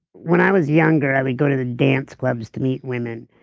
when i was younger i would go to the dance clubs to meet women,